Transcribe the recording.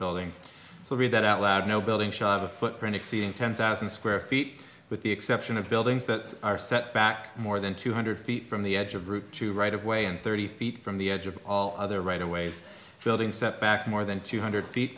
building so read that out loud no building shot a footprint exceeding ten thousand square feet with the exception of buildings that are set back more than two hundred feet from the edge of route to right of way and thirty feet from the edge of all other right away he's building step back more than two hundred feet